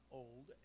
old